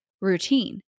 routine